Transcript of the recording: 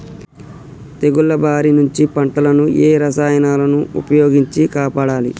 తెగుళ్ల బారి నుంచి పంటలను ఏ రసాయనాలను ఉపయోగించి కాపాడాలి?